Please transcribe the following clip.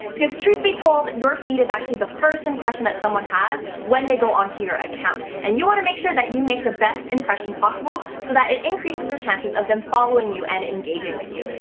because truth be told, your feed is actually the first impression that someone has when they go onto your account. and you want to make sure that you make the best impression possible, so that it increases the chances of them following you and engaging with you.